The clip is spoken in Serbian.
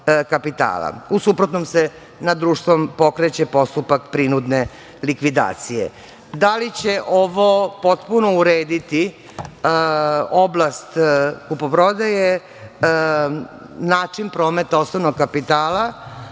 U suprotnom se nad društvom pokreće postupak prinudne likvidacije. Da li će ovo potpuno urediti oblast kupoprodaje, način prometa osnovnog kapitala,